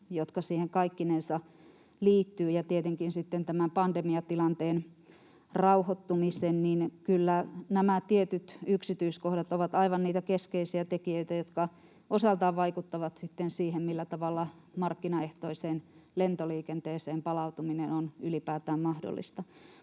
jotka siihen kaikkinensa liittyvät, ja tietenkin sitten tämän pandemiatilanteen rauhoittuminen, niin kyllä nämä tietyt yksityiskohdat ovat aivan niitä keskeisiä tekijöitä, jotka osaltaan vaikuttavat sitten siihen, millä tavalla markkinaehtoiseen lentoliikenteeseen palautuminen on ylipäätään mahdollista.